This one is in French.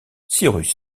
cyrus